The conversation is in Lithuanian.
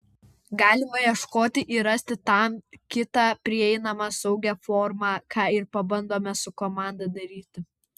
galima ieškoti ir rasti tam kitą prieinamą saugią formą ką ir bandome su komanda daryti